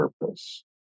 purpose